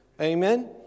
Amen